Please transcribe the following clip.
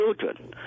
children